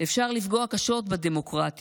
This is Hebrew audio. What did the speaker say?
אפשר לפגוע קשות בדמוקרטיה.